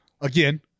again